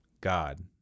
God